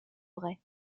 vraie